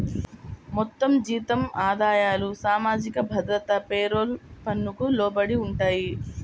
మొత్తం జీతం ఆదాయాలు సామాజిక భద్రత పేరోల్ పన్నుకు లోబడి ఉంటాయి